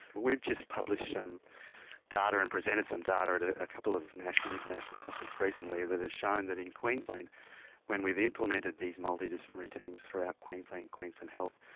we've just published some data and presented some data at a couple of national and international conferences recently that has shown that in queensland when we've implemented these multidisciplinary teams throughout queensland, queensland health,